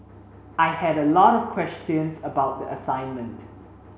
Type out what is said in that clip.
I had a lot of questions about the assignment